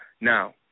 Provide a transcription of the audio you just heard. Now